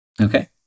Okay